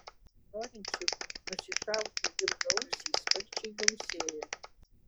norinčių nusišauti ilgaausį sparčiai gausėja